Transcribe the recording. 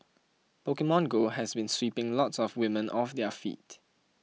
Pokemon Go has been sweeping lots of women off their feet